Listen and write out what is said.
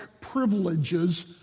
privileges